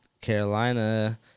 Carolina